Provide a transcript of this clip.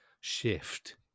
shift